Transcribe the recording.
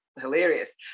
hilarious